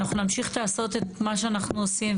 אנחנו נמשיך לעשות את מה שאנחנו עושים.